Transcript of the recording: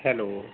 hello